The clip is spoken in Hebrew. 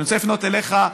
ואני רוצה לפנות אליך,